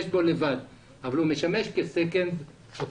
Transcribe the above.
בו לבד אבל הוא משמש כחוות דעת שנייה.